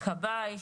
כבאי,